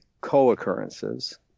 co-occurrences